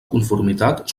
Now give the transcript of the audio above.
conformitat